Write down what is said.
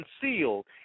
concealed